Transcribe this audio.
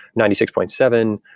ninety six point seven,